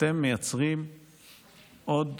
אתם מייצרים עוד